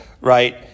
right